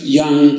young